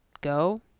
Go